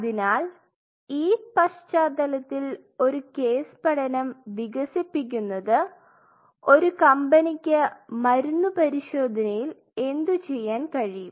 അതിനാൽ ഈ പശ്ചാത്തലത്തിൽ ഒരു കേസ് പഠനം വികസിപ്പിക്കുന്നത് ഒരു കമ്പനിക്ക് മരുന്ന് പരിശോധനയിൽ എന്തുചെയ്യാൻ കഴിയും